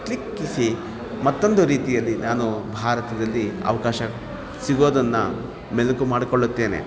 ಕ್ಲಿಕ್ಕಿಸಿ ಮತ್ತೊಂದು ರೀತಿಯಲ್ಲಿ ನಾನು ಭಾರತದಲ್ಲಿ ಅವಕಾಶ ಸಿಗೋದನ್ನು ಮೆಲಕು ಮಾಡಿಕೊಳ್ಳುತ್ತೇನೆ